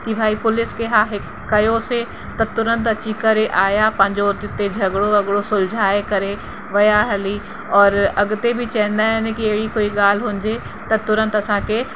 इहा ई पुलिस खे हा ई कयो से त तुरंत अची करे आहियां पंहिंजो उते हिते झगिड़ो वगड़ो सुल्झाए करे विया हली और अगिते बि चवंदा आहिनि की अहिड़ी कोई ॻाल्हि हूंदी त तुरंत असांखे